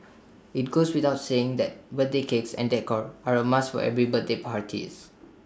IT goes without saying that birthday cakes and decor are A must for every birthday party